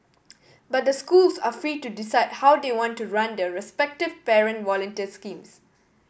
but the schools are free to decide how they want to run their respective parent volunteer schemes